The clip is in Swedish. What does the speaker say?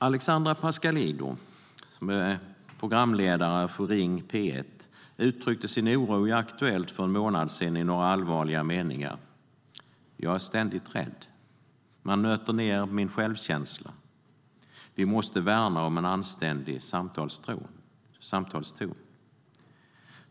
Alexandra Pascalidou, programledare för Ring P1 , uttryckte sin oro i Aktuellt för en månad sedan i några allvarliga meningar: Jag är ständigt rädd. Man nöter ned min självkänsla. Vi måste värna om en anständig samtalston.